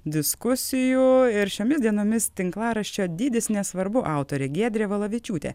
diskusijų ir šiomis dienomis tinklaraščio dydis nesvarbu autorė giedrė valavičiūtė